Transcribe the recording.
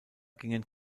gingen